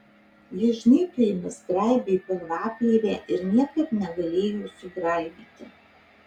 jis žnyplėmis graibė pilvaplėvę ir niekaip negalėjo sugraibyti